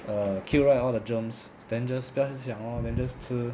err cute right all the germs then just 不要去想 lor then just 吃